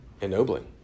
ennobling